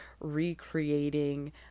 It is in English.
recreating